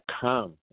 come